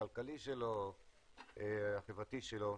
הכלכלי שלו והחברתי שלו,